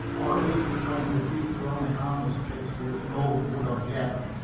or at least to play in the future only harmless tricks to which no one would object.